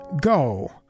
go